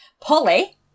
Polly